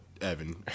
evan